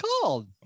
called